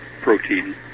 protein